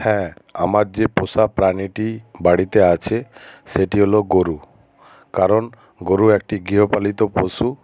হ্যাঁ আমার যে পোষা প্রাণীটি বাড়িতে আছে সেটি হলো গরু কারণ গরু একটি গৃহপালিত পশু